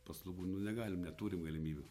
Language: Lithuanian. paslaugų nu negalim neturim galimybių